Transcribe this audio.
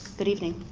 good evening,